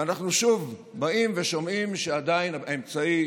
ואנחנו שוב באים ושומעים שעדיין האמצעי